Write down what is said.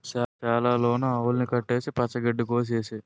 సాల లోన ఆవుల్ని కట్టేసి పచ్చ గడ్డి కోసె ఏసేయ్